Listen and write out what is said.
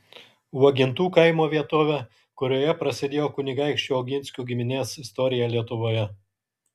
uogintų kaimo vietovę kurioje prasidėjo kunigaikščių oginskių giminės istorija lietuvoje